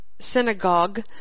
synagogue